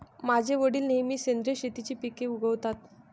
माझे वडील नेहमी सेंद्रिय शेतीची पिके उगवतात